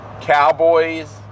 Cowboys